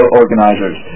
organizers